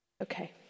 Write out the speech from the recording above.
Okay